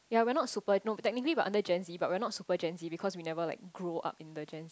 yea we are not super no technically we are under gen z but we are not super gen z because we never like grow up in the gen